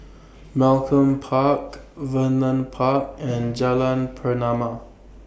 Malcolm Park Vernon Park and Jalan Pernama